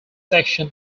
section